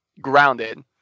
grounded